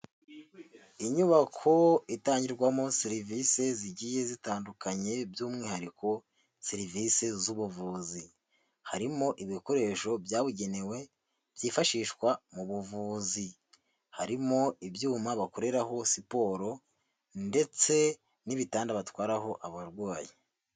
Inyubako itangirwamo serivisi zigiye zitandukanye by'umwihariko serivisi z'ubuvuzi. Harimo ibikoresho byabugenewe byifashishwa mu buvuzi, harimo ibyuma bakoreraho siporo ndetse n'ibitanda batwaraho abarwayi.